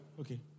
Okay